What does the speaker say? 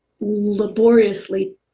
laboriously